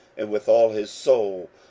and with all his soul,